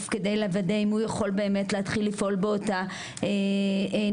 כדי לוודא אם הוא יכול באמת להתחיל לפעול באותה נישה,